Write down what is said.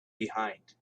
behind